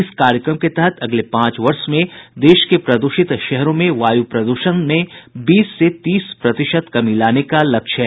इस कार्यक्रम के तहत अगले पांच वर्ष में देश के प्रदूषित शहरों में वायु प्रद्षण में बीस से तीस प्रतिशत कमी लाने का लक्ष्य है